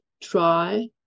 try